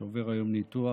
שעובר היום ניתוח,